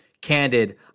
candid